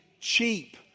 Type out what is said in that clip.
cheap